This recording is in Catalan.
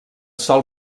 sol